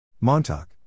Montauk